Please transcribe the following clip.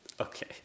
Okay